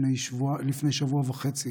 לפני שבוע וחצי